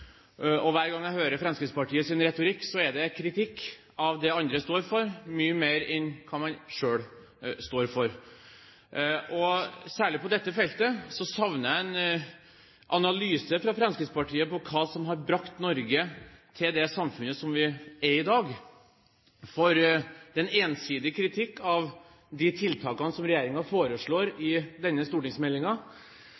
kritisk. Hver gang jeg hører Fremskrittspartiets retorikk, er det kritikk av det andre står for, mye mer enn hva de selv står for. Særlig på dette feltet savner jeg en analyse fra Fremskrittspartiet om hva som har gjort Norge til det samfunnet vi er i dag, for den ensidige kritikk av de tiltakene som regjeringen foreslår i